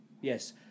yes